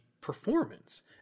performance